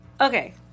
Okay